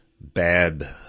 bad